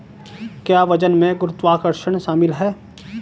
क्या वजन में गुरुत्वाकर्षण शामिल है?